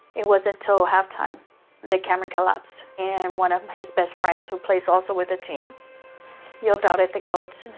it wasn't till half time that cameron collapsed. and one of his best friends who plays also with the team yelled out at the coach,